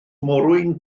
morwyn